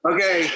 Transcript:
Okay